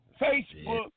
Facebook